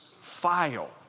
file